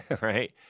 right